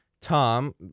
Tom